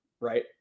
right